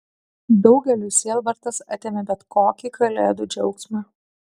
daugeliui sielvartas atėmė bet kokį kalėdų džiaugsmą